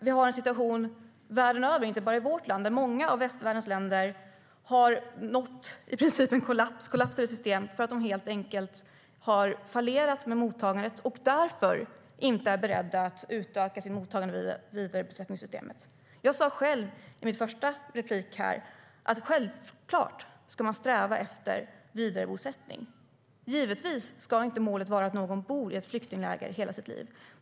Vi har en situation världen över - inte bara i vårt land utan i många av västvärldens länder - där man i princip har nått kollapsade system därför att de helt enkelt har fallerat med mottagandet och därför inte är beredda att utöka sitt mottagande i vidarebosättningssystemet. Jag sa själv i min första replik att man självklart ska sträva mot vidarebosättning. Givetvis ska inte målet vara att någon bor i ett flyktingläger hela sitt liv.